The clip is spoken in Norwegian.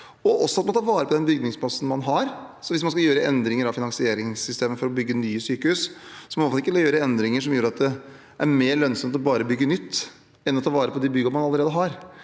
også at man tar vare på den bygningsmassen man har. Hvis man skal gjøre endringer av finansieringssystemet for å bygge nye sykehus, må man ikke gjøre endringer som gjør det mer lønnsomt å bygge nytt enn å ta vare på de byggene man allerede har.